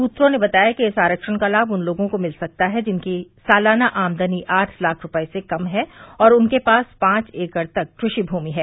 सूत्रों ने बताया कि इस आरक्षण का लाभ उन लोगों को मिल सकता है जिनकी सालाना आमदनी आठ लाख रुपये से कम है और उनके पास पांच एकड़ तक कृषि भूमि है